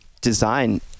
design